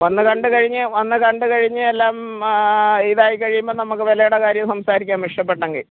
വന്ന് കണ്ട് കഴിഞ്ഞ് വന്ന് കണ്ട് കഴിഞ്ഞ് എല്ലാം ഇതായി കഴിയുമ്പം നമുക്ക് വിലയുടെ കാര്യം സംസാരിക്കാം ഇഷ്ടപ്പെട്ടെങ്കിൽ